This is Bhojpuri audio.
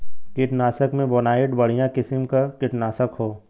कीटनाशक में बोनाइट बढ़िया किसिम क कीटनाशक हौ